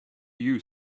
you